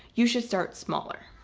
you should start smaller.